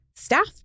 staff